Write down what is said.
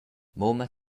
mumma